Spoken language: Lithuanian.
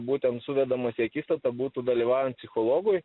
būtent suvedamas į akistatą būtų dalyvaujant psichologui